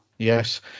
Yes